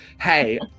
hey